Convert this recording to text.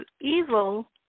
evil